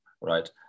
right